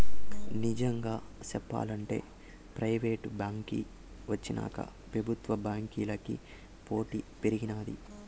నిజంగా సెప్పాలంటే ప్రైవేటు బాంకీ వచ్చినాక పెబుత్వ బాంకీలకి పోటీ పెరిగినాది